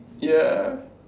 ya